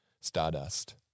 stardust